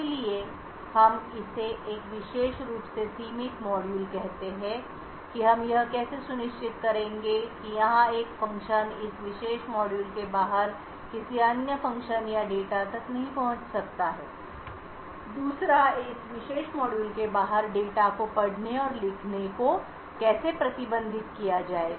इसलिए हम इसे एक विशेष रूप से सीमित मॉड्यूल कहते हैं कि हम यह कैसे सुनिश्चित करेंगे कि यहां एक फ़ंक्शन इस विशेष मॉड्यूल के बाहर किसी अन्य फ़ंक्शन या डेटा तक नहीं पहुंच सकता है दूसरा इस विशेष मॉड्यूल के बाहर डेटा के पढ़ने और लिखने को कैसे प्रतिबंधित किया जाएगा